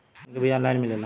धान के बिया ऑनलाइन मिलेला?